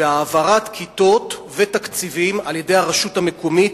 והעברת כיתות ותקציבים על-ידי הרשות המקומית